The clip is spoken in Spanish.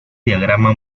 diagrama